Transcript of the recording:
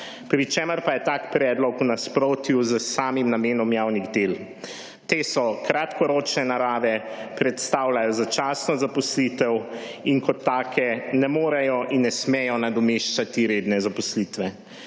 pri čemer pa je tak predlog v nasprotju s samim namenom javnih del. Te so kratkoročne narave, predstavljajo začasno zaposlitev in kot take ne morejo in ne smejo nadomeščati redne zaposlitve.